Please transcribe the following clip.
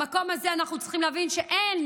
במקום הזה אנחנו צריכים להבין שאין